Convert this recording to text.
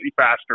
faster